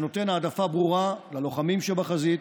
שנותן העדפה ברורה ללוחמים שבחזית.